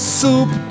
soup